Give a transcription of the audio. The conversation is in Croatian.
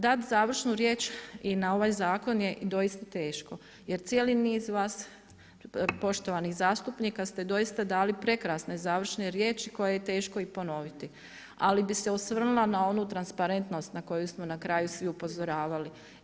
Dati završnu riječ i na ovaj zakon je doista teško jer cijeli niz vas poštovanih zastupnika ste doista dali prekrasne završne riječi koje je teško i ponoviti ali bih se osvrnula na onu transparentnost na koju smo na kraju svi upozoravali.